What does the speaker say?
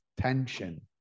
tension